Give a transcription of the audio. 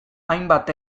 hainbat